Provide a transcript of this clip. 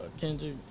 Kendrick